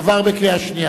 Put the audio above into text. עברה בקריאה שנייה.